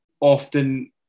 often